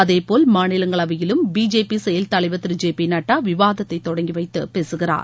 அதேபோல் மாநிலங்களவையிலும் பிஜேபி செயல் தலைவர் திரு ஜே பி நட்டா விவாதத்தை தொடங்கி வைத்து பேசுகிறார்